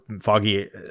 foggy